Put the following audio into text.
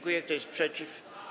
Kto jest przeciw?